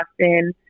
Austin